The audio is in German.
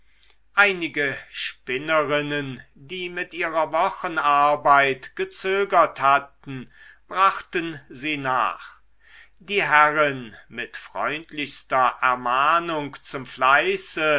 einige spinnerinnen die mit ihrer wochenarbeit gezögert hatten brachten sie nach die herrin mit freundlichster ermahnung zum fleiße